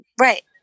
Right